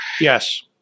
yes